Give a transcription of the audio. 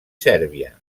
sèrbia